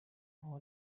all